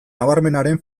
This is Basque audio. nabarmenaren